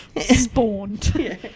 Spawned